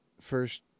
first